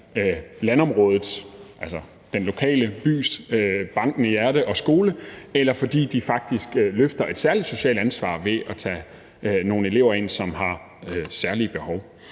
landområdets, dvs. den lokale bys, bankende hjerte og skole, eller fordi de faktisk tager et særligt socialt ansvar ved at tage nogle elever ind, som har særlige behov